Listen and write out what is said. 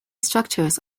structures